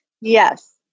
Yes